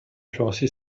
influencé